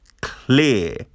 clear